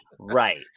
right